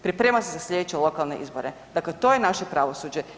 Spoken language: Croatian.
Priprema se za slijedeće lokalne izbore, dakle to je naše pravosuđe.